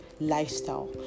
Lifestyle